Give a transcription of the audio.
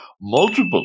multiple